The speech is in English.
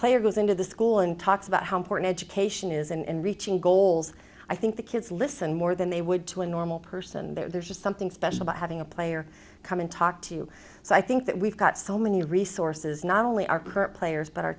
player goes into the school and talks about how important education is and reaching goals i think the kids listen more than they would to a normal person and there's just something special about having a player come in talk to you so i think that we've got so many resources not only our current players but our